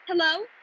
Hello